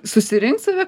susirinkt save